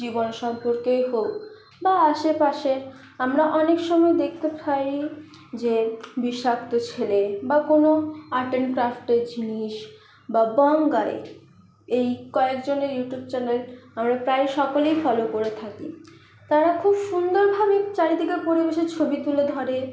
জীবন সম্পর্কেই হোক বা আশে পাশে আমরা অনেক সময় দেখতে পাই যে বিষাক্ত ছেলে বা কোনও আর্ট অ্যান্ড ক্র্যাফটের জিনিস বা বংগাই এই কয়েকজনের ইউটিউব চ্যানেল আমরা প্রায় সকলেই ফলো করে থাকি তারা খুব সুন্দরভাবে চারিদিকের পরিবেশের ছবি তুলে ধরে